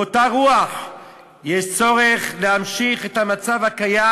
באותה רוח יש צורך להמשיך את המצב הקיים,